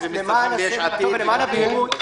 גם יש עתיד מצטרפים.